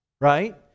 right